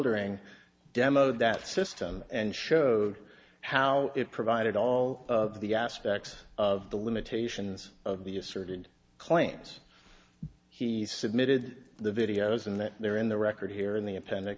elder ing demo that system and showed how it provided all of the aspects of the limitations of the asserted claims he submitted the videos and they're in the record here in the